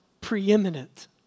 preeminent